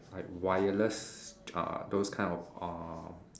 like wireless uh those kind of uh